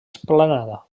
esplanada